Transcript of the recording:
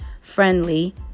friendly